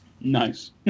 Nice